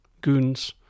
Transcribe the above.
goons